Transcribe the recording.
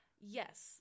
Yes